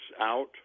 out